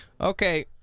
Okay